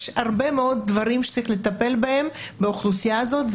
יש הרבה מאוד דברים שצריך לטפל בהם באוכלוסייה הזאת,